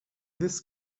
this